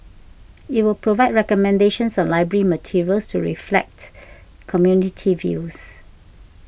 it will provide recommendations on library materials to reflect community views